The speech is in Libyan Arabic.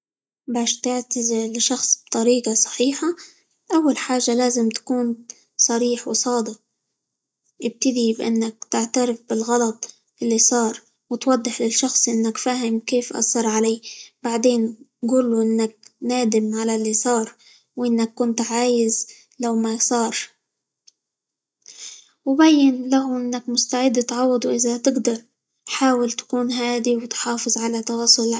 باش تعتذر لشخص بطريقة صحيحة، أول حاجة لازم تكون صريح، وصادق، يبتدي بإنك تعترف بالغلط اللي صار، وتوضح للشخص إنك فاهم كيف أثر عليه، بعدين قول له إنك نادم على اللي صار، وإنك كنت عايز لو ما صار، وبين له إنك مستعد تعوضه إذا تقدر، حاول تكون هادي، وتحافظ على تواصل -الع-.